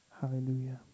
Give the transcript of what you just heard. Hallelujah